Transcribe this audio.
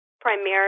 primarily